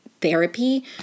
therapy